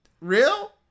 Real